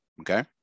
Okay